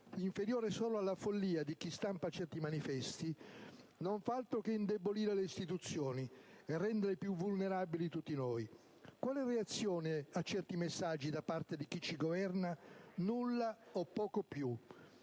inferiore solo alla follia di chi stampa certi manifesti, non fa altro che indebolire le istituzioni e rendere più vulnerabili tutti noi. Quale reazione a certi messaggi da parte di chi ci governa? Nulla, o poco più: